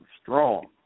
Strong